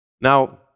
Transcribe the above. Now